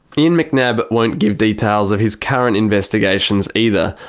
ian mcnab won't give details of his current investigations either,